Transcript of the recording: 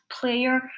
player